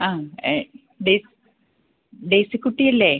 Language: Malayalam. ആ ഡെയ്സിക്കുട്ടിയല്ലേ